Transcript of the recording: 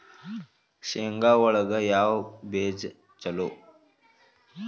ಶೇಂಗಾ ಒಳಗ ಯಾವ ಬೇಜ ಛಲೋ?